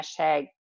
hashtag